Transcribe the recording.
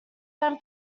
then